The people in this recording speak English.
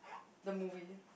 the movie